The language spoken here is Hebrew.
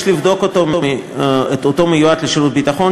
יש לבדוק את אותו מיועד לשירות ביטחון,